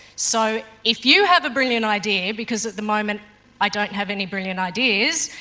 so, if you have a brilliant idea because at the moment i don't have any brilliant ideas,